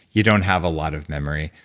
you don't have a lot of memory.